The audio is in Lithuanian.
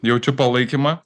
jaučiu palaikymą